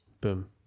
Boom